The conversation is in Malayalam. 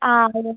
ആ അതെ